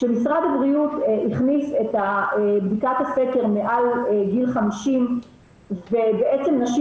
שמשרד הבריאות הכניס את בדיקת הסקר מעל גיל 50 ובעצם נשים